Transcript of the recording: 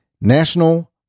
national